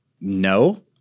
no